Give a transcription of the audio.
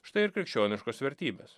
štai ir krikščioniškos vertybės